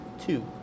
two